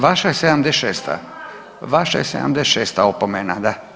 Vaša je 76., vaša je 76. opomena da.